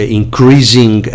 increasing